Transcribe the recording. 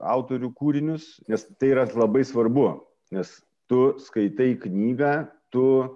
autorių kūrinius nes tai yra labai svarbu nes tu skaitai knygą tu